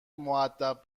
مودب